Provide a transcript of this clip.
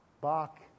Bach